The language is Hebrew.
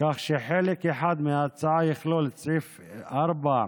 כך שחלק אחד מההצעה יכלול את סעיף 4(1),